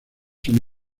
son